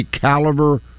caliber